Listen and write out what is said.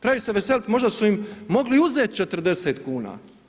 Trebaju se veseliti, možda su im mogli uzet 40 kn.